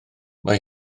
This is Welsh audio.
mae